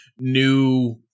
new